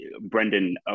Brendan